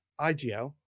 IGL